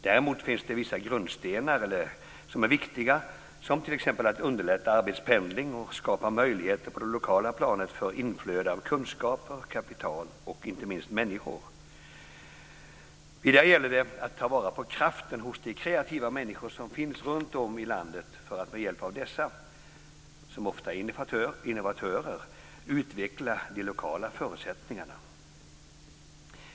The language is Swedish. Däremot finns det vissa grundstenar som är viktiga, som t.ex. att underlätta arbetspendling och skapa möjligheter på det lokala planet för inflöde av kunskaper, kapital och inte minst människor. Vidare gäller det att ta vara på kraften hos de kreativa människor som finns runtom i landet för att med hjälp av dessa, ofta innovatörer, utveckla de lokala förutsättningarna.